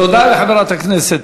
תודה לחברת הכנסת